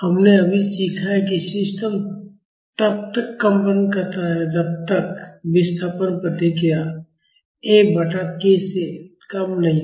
हमने अभी सीखा है कि सिस्टम तब तक कंपन करता रहेगा जब तक विस्थापन प्रतिक्रिया F बटा k से कम नहीं हो